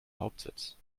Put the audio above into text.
hauptsitz